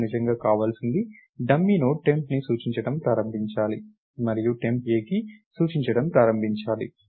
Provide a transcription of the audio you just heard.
నాకు నిజంగా కావలసింది డమ్మీ నోడ్ టెంప్ని సూచించడం ప్రారంభించాలి మరియు టెంప్ A కి సూచించడం ప్రారంభించాలి